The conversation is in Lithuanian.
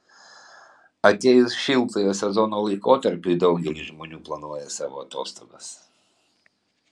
atėjus šiltojo sezono laikotarpiui daugelis žmonių planuoja savo atostogas